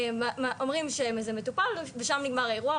אומרים שזה מטופל ושם נגמר האירוע,